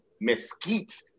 mesquite